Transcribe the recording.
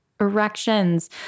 erections